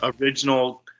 original